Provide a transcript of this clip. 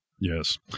Yes